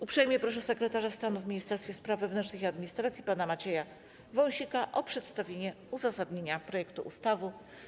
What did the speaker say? Uprzejmie proszę sekretarza stanu w Ministerstwie Spraw Wewnętrznych i Administracji pana Macieja Wąsika o przedstawienie uzasadnienia projektu ustawy.